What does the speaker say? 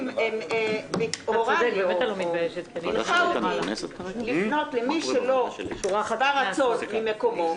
הוא הורה לי לפנות למי שלא שבע רצון ממקומו